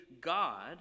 God